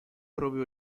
prove